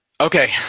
Okay